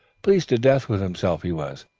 pleased to death with himself, he was.